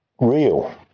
real